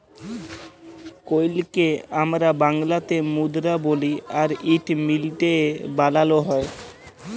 কইলকে আমরা বাংলাতে মুদরা বলি আর ইট মিলটে এ বালালো হয়